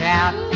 out